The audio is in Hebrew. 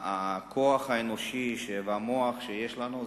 הכוח האנושי והמוח שיש לנו,